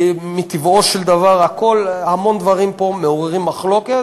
כי מטבעו של דבר, המון דברים פה מעוררים מחלוקת.